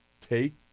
take